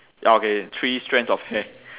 ya okay three strands of hair